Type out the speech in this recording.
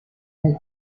has